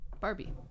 Barbie